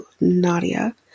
nadia